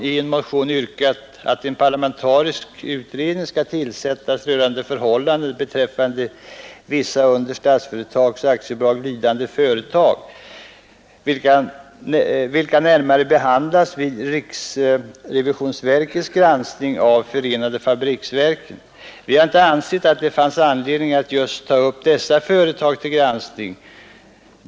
Vi har inte ansett att det finns anledning att ta upp just dessa företag till granskning.